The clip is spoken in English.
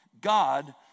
God